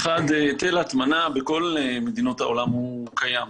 אחד היטל ההטמנה בכל מדינות העולם קיים,